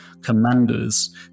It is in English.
commanders